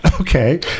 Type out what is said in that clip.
Okay